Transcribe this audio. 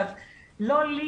לא לי,